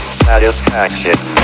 satisfaction